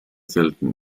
selten